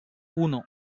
uno